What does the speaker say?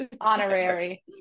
honorary